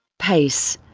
payce,